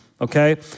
Okay